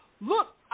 Look